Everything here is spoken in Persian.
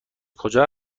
کجا